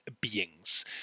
beings